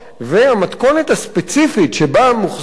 המתכונת הספציפית שבה מוחזקים